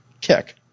kick